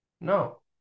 No